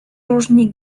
różni